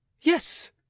yes